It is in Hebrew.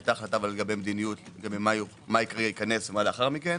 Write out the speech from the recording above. הייתה החלטה לגבי מדיניות לגבי מה ייכנס ומה לאחר מכן